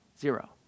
Zero